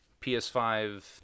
PS5